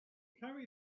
carry